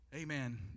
Amen